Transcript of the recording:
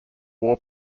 war